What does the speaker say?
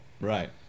Right